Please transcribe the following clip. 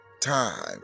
time